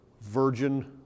virgin